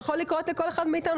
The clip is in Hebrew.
זה יכול לקרות לכל אחד מאיתנו.